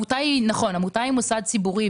נכון, עמותה היא מוסד ציבורי.